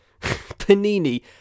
Panini